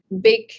big